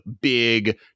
big